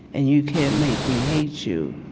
and you can't make me hate you,